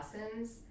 lessons